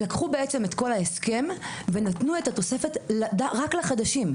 לקחו את כל ההסכם ונתנו את התוספת רק לחדשים,